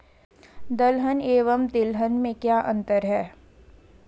दलहन एवं तिलहन में क्या अंतर है?